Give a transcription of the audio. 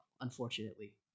unfortunately